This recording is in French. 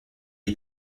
est